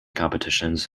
competitions